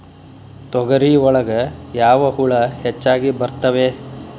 ತೊಗರಿ ಒಳಗ ಯಾವ ಹುಳ ಹೆಚ್ಚಾಗಿ ಬರ್ತವೆ?